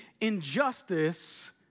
injustice